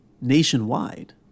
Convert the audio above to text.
nationwide